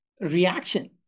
reaction